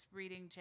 reading